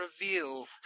reveal